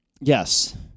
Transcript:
yes